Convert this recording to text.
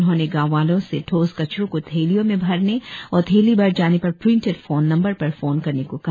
उन्होंने गाँव वालो से ठोस कचरो को थैलिया में भरने और थैली भर जाने पर प्रिंटेट फोन नम्बर पर फोन करने को कहा